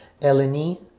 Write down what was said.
Eleni